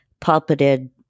puppeted